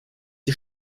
die